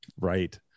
right